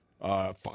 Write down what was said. Five